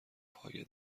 پایه